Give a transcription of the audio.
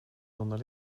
zonder